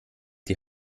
die